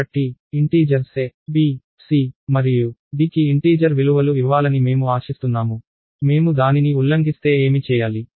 కాబట్టి integers a b c మరియు d కి ఇంటీజర్ విలువలు ఇవ్వాలని మేము ఆశిస్తున్నాము మేము దానిని ఉల్లంఘిస్తే ఏమి చేయాలి